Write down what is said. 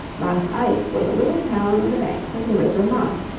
maas eyck was a little town on the banks of the river maas,